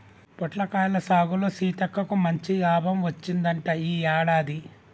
పొట్లకాయల సాగులో సీతక్కకు మంచి లాభం వచ్చిందంట ఈ యాడాది